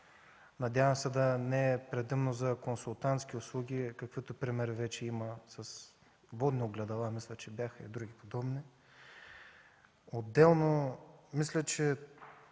Надявам се да не е предимно за консултантски услуги, каквито примери вече има с водни огледала и други. Отделно мисля, че